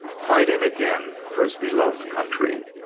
fighting again for his beloved country.